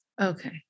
Okay